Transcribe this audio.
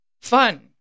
fun